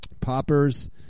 poppers